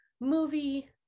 movie